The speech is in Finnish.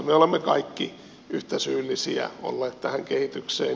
me olemme kaikki yhtä syyllisiä olleet tähän kehitykseen